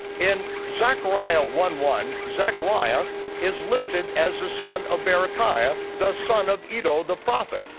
in zechariah one one, zechariah is listed as the son of berechiah, the son of iddo the prophet